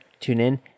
TuneIn